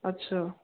अछा